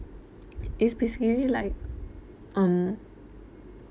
it's basically like um